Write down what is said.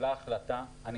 החלטה, התגייסנו.